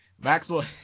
Maxwell